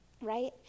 right